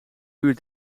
uur